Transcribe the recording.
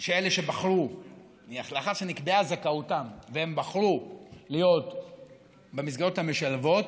אלה שלאחר שנקבעה זכאותם בחרו להיות במסגרות המשלבות,